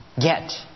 get